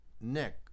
Nick